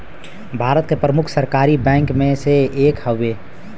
भारत के प्रमुख सरकारी बैंक मे से एक हउवे